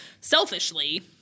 selfishly